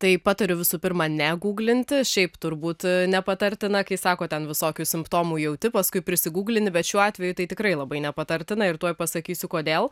tai patariu visų pirma ne guglinti šiaip turbūt nepatartina kai sako ten visokių simptomų jauti paskui prisiguglini bet šiuo atveju tai tikrai labai nepatartina ir tuoj pasakysiu kodėl